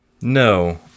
No